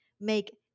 make